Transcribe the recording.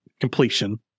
completion